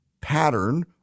pattern